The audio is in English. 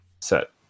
Set